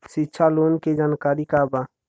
शिक्षा लोन के जानकारी का बा?